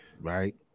right